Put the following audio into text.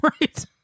right